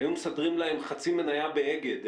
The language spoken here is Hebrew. היו מסדרים להם חצי מניה באגד.